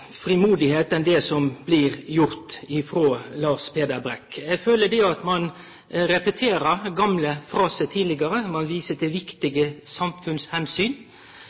frimod enn det som blir gjort frå Lars Peder Brekk. Eg føler at ein repeterer gamle fraser frå tidlegare, der ein viser til viktige